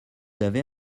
avez